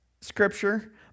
scripture